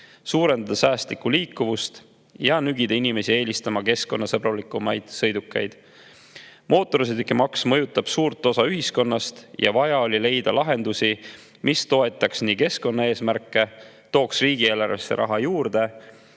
suurendada säästlikku liikuvust ja nügida inimesi eelistama keskkonnasõbralikumaid sõidukeid. Mootorsõidukimaks mõjutab suurt osa ühiskonnast ja vaja oli leida lahendused, mis toetavad keskkonnaeesmärke, toovad riigieelarvesse raha juurde